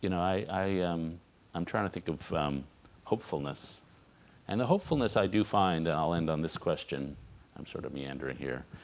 you know i i i'm trying to think of um hopefulness and the hopefulness i do find that and i'll end on this question i'm sort of meandering here